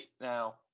now